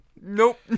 Nope